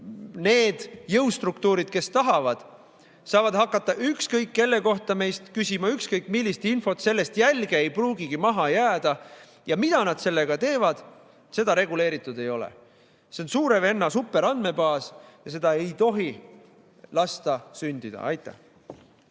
need jõustruktuurid, kes tahavad, saavad hakata ükskõik kelle kohta meist küsima ükskõik millist infot, sellest jälge ei pruugigi maha jääda ja mida nad sellega teevad, seda reguleeritud ei ole. See on suure venna superandmebaas ja seda ei tohi lasta sündida. Aitäh!